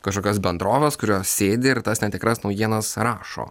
kažkokios bendrovės kurios sėdi ir tas netikras naujienas rašo